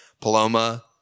Paloma